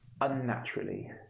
unnaturally